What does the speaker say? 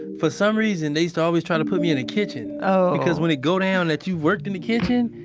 for some reason, they used to always try to put me in a kitchen oh, because when it go down that you've worked in the kitchen,